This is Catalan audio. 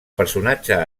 personatge